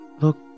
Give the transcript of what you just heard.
look